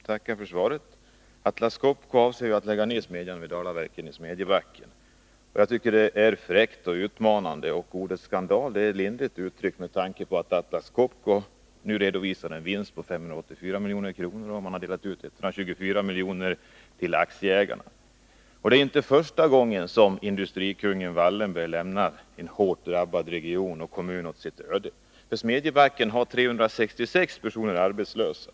Herr talman! Jag tackar för svaret. Atlas Copco avser ju att lägga ned smedjan vid Dalaverken i Smedjebacken. Jag tycker att det är fräckt och utmanande. Ordet skandal är ett lindrigt uttryck med tanke på att Atlas Copco nu redovisar en vinst på 584 milj.kr. och har delat ut 124 milj.kr. till aktieägarna. Det är inte första gången som industrikungen Wallenberg lämnar en hårt drabbad region och kommun åt sitt öde. Smedjebacken har redan 366 personer arbetslösa.